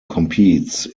competes